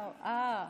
אה,